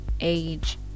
age